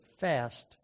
fast